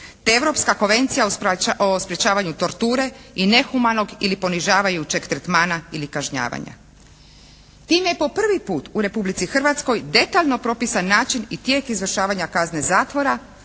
te Europska konvencija o sprječavanju torture i nehumanog ili ponižavajućeg tretmana ili kažnjavanja. Time je po prvi puta u Republici Hrvatskoj detaljno propisan način i tijek izvršavanja kazne zatvora